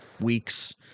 weeks